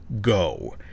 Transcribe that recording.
Go